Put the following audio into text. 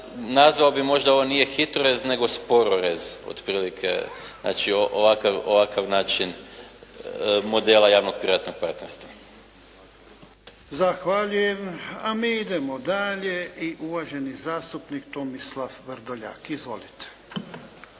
nazvao bih možda, ovo nije HITRORez, nego "spororez", otprilike znači ovakav način modela javno-privatnog partnerstva. **Jarnjak, Ivan (HDZ)** Zahvaljujem. A mi idemo dalje i uvaženi zastupnik Tomislav Vrdoljak. Izvolite.